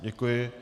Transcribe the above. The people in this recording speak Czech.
Děkuji.